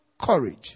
courage